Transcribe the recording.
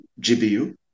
GBU